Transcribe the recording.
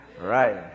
right